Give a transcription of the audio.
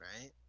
right